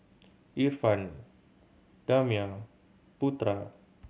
Irfan Damia Putra